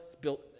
built